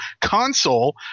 console